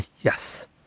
yes